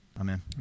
Amen